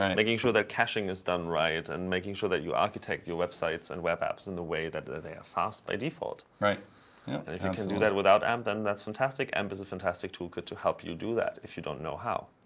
um making sure that caching is done right, and making sure that you architect your websites and web apps in the way that they are fast by default. if and if you can do that without amp, then that's fantastic. amp is a fantastic tool kit to help you do that if you don't know how.